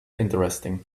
interesting